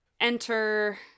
Enter